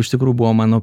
iš tikrųjų buvo mano